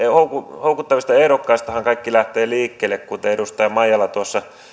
houkuttelevista ehdokkaistahan kaikki lähtee liikkeelle kuten edustaja maijala